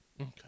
Okay